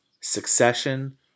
Succession